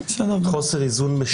חוסר איזון משווע.